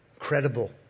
Credible